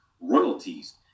Royalties